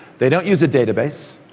they don't use a database,